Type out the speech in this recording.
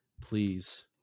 Please